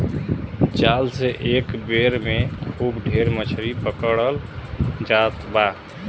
जाल से एक बेर में खूब ढेर मछरी पकड़ल जात बा